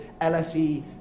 LSE